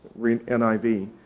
NIV